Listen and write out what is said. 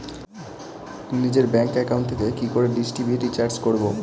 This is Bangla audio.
নিজের ব্যাংক একাউন্ট থেকে কি করে ডিশ টি.ভি রিচার্জ করবো?